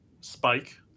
spike